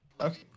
Okay